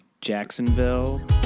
Jacksonville